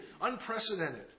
unprecedented